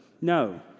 No